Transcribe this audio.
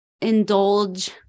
indulge